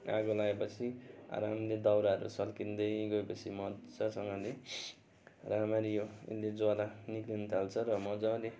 आगो लगाए पछि आरामले दाउराहरू सल्किँदै गए पछि मजासँगले राम्ररी यो ज्वाला निस्कनु थाल्छ र मजाले